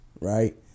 right